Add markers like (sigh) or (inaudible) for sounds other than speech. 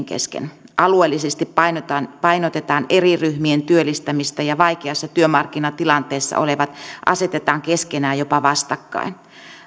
(unintelligible) kesken alueellisesti painotetaan painotetaan eri ryhmien työllistämistä ja vaikeassa työmarkkinatilanteessa olevat asetetaan keskenään jopa vastakkain